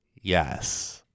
Yes